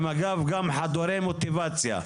אגב הם גם חדורי מוטיבציה,